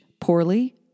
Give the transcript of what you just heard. poorly